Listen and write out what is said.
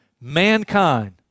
mankind